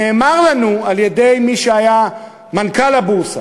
נאמר לנו על-ידי מי שהיה מנכ"ל הבורסה,